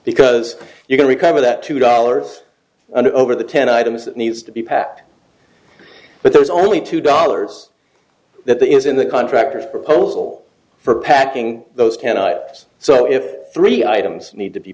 because you can recover that two dollars and over the ten items that needs to be packed but there's only two dollars that that is in the contract or proposal for packing those can so if three items need to be